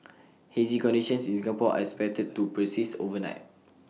hazy conditions in Singapore are expected to persist overnight